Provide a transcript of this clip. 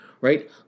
right